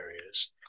areas